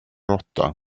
råtta